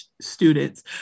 students